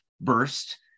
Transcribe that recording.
burst